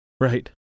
Right